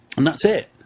and that's it.